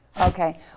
okay